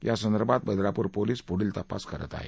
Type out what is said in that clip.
यासंदर्भात बर्दापूर पोलीस हे पुढील तपास करत आहेत